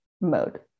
mode